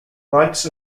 rights